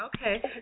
Okay